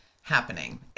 happening